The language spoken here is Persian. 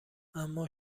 اما